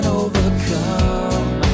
overcome